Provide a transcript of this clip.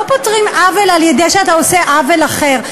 לא פותרים עוול על-ידי זה שאתה עושה עוול אחר.